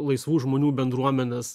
laisvų žmonių bendruomenės